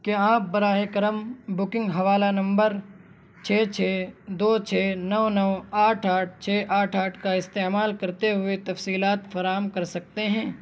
کیا آپ براہ کرم بکنگ حوالہ نمبر چھ چھ دو چھ نو نو آٹھ آٹھ چھ آٹھ آٹھ کا استعمال کرتے ہوئے تفصیلات فراہم کر سکتے ہیں